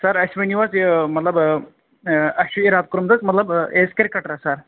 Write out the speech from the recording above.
سَر اَسہِ ؤنِو حظ یہِ مطلب اَسہِ چھُ اِرادٕ کۆرمُت حظ مطلب ایٚز کِرکَٹر سَر